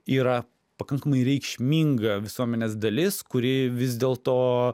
yra pakankamai reikšminga visuomenės dalis kuri vis dėl to